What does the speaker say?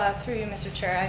ah through you, mr. chair, and